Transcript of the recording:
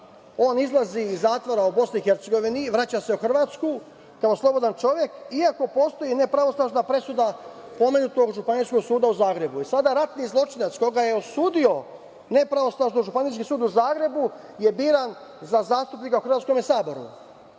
On izlazi iz zatvora u BiH, vraća se u Hrvatsku kao slobodan čovek, iako postoji nepravosnažna presuda pomenutog Županijskog suda u Zagrebu. Sada ratni zločinac koga je osudio nepravosnažno Županijski sud u Zagrebu je biran za zastupnika u hrvatskom Saboru.